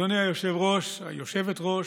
אדוני היושב-ראש, היושבת-ראש,